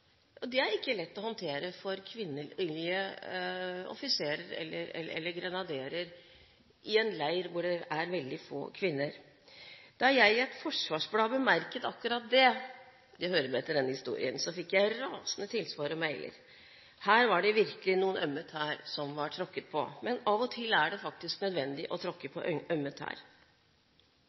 og det er ikke lett å håndtere for kvinnelige offiserer eller grenaderer i en leir hvor det er veldig få kvinner. Da jeg i et forsvarsblad bemerket akkurat det – det hører med til denne historien – fikk jeg rasende tilsvar og mailer, her var det virkelig noen ømme tær som var tråkket på. Men av og til er det faktisk nødvendig å tråkke på